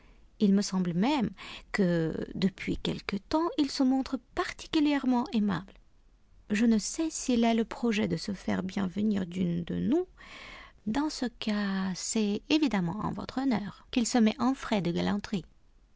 il me semble même que depuis quelque temps il se montre particulièrement aimable je ne sais s'il a le projet de se faire bien venir d'une de nous dans ce cas c'est évidemment en votre honneur qu'il se met en frais de galanterie